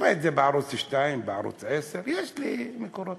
אראה את זה בערוץ 2, בערוץ 10. יש לי מקורות.